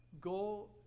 go